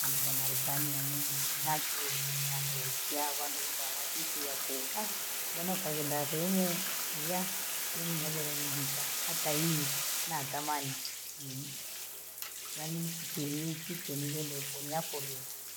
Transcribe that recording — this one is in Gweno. andoenda Marekani ya munyi niyacho niandulei chawa ndo bahati ifu yaku mbona kalenda ya sehemu ya miniendele njicha hata inipi matamani nii yaani mfiri nfike nigende koniafili.